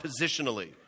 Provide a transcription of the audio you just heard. positionally